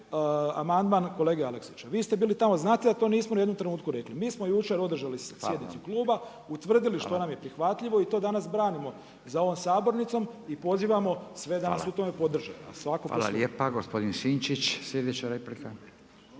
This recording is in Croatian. amandman kolege Aleksića. Vi ste bili tamo, znate da to nismo ni u jednom trenutku rekli. Mi smo jučer održali sjednicu kluba utvrdili što nam je prihvatljivo i to danas branimo za ovom sabornicom i pozivamo sve da nas u tome podrže. **Radin, Furio (Nezavisni)** Hvala lijepa. Gospodin Sinčić sljedeća replika.